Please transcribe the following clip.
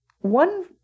one